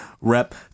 Rep